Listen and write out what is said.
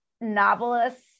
novelists